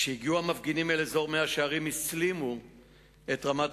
כשהגיעו המפגינים לאזור מאה-שערים הם הסלימו את רמת